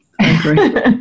agree